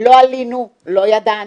לא עלִינו, לא ידענו,